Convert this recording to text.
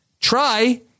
Try